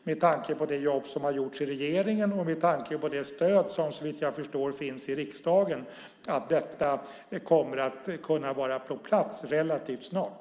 Med tanke på det jobb som har gjorts i regeringen och med tanke på det stöd som såvitt jag förstår finns i riksdagen tyder allt nu på att detta kommer att kunna vara på plats relativt snart.